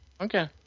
Okay